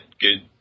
good